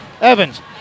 Evans